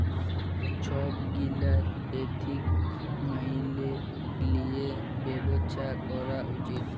ছব গীলা এথিক্স ম্যাইলে লিঁয়ে ব্যবছা ক্যরা উচিত